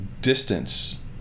distance